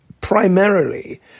primarily